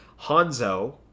Hanzo